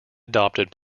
adopted